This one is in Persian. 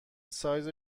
سایز